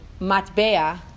matbea